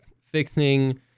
fixing